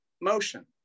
motion